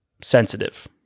sensitive